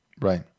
Right